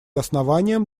основанием